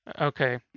Okay